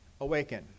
Awaken